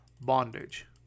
bondage